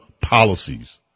policies